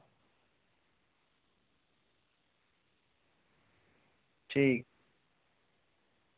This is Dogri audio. ठीक